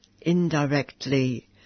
indirectly